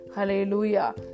Hallelujah